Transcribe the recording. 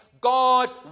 God